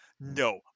no